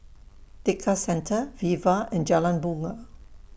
Tekka Centre Viva and Jalan Bungar